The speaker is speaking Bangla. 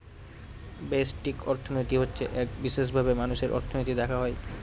ব্যষ্টিক অর্থনীতি হচ্ছে এক বিশেষভাবে মানুষের অর্থনীতি দেখা হয়